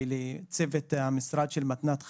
ולצוות המשרד של מתנת חיים,